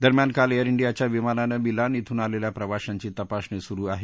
दरम्यान काल एअर डियाच्या विमानान मिलान बून आलेल्या प्रवाशांची तपासणी सुरु आहेत